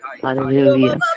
Hallelujah